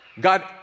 God